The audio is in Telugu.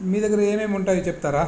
మీ దగ్గర ఏమేమి ఉంటాయో చెప్తారా